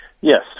Yes